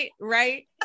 right